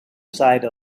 side